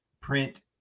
print